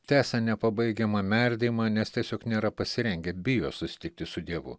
tęsia nepabaigiamą merdėjimą nes tiesiog nėra pasirengę bijo susitikti su dievu